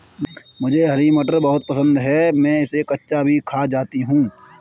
मुझे हरी मटर बहुत पसंद है मैं इसे कच्चा भी खा जाती हूं